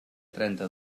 trenta